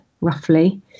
roughly